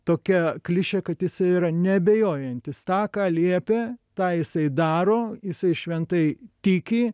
tokia klišė kad jisai yra neabejojantis tą ką liepė tą jisai daro jisai šventai tiki